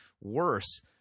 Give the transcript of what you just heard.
worse